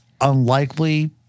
unlikely